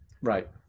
Right